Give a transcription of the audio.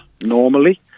normally